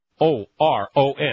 O-R-O-N